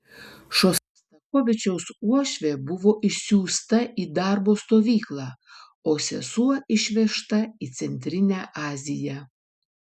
šostakovičiaus uošvė buvo išsiųsta į darbo stovyklą o sesuo išvežta į centrinę aziją